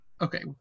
Okay